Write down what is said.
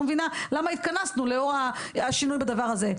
אני לא מבינה למה התכנסנו לאור השינוי בדבר הזה.